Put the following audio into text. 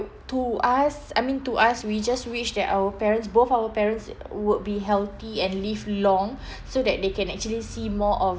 to us I mean to us we just wish that our parents both our parents would be healthy and live long so that they can actually see more of